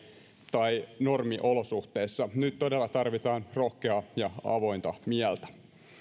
normiolosuhteissa nyt todella tarvitaan rohkeaa ja avointa mieltä